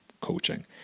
coaching